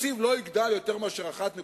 שהתקציב לא יגדל מ-1.4,